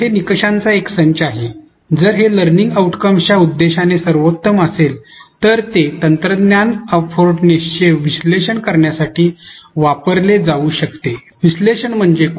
तेथे निकषांचा एक संच आहे जर हे शिक्षण आउटकम्सच्या उद्देशाने सर्वोत्तम असेल तर ते तंत्रज्ञानाच्या परवडण्याचे विश्लेषण करण्यासाठी वापरले जाऊ शकते